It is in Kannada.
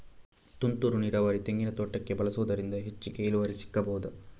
ತುಂತುರು ನೀರಾವರಿ ತೆಂಗಿನ ತೋಟಕ್ಕೆ ಬಳಸುವುದರಿಂದ ಹೆಚ್ಚಿಗೆ ಇಳುವರಿ ಸಿಕ್ಕಬಹುದ?